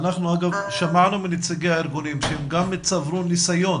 שמענו מנציגי הארגונים שהם צברו ניסיון